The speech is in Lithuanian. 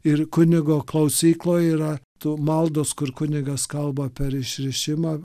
ir kunigo klausykloj yra tų maldos kur kunigas kalba per išrišimą